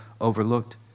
overlooked